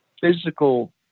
physical